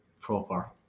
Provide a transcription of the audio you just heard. proper